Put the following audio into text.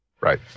Right